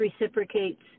reciprocates